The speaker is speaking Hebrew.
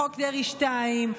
חוק דרעי 2,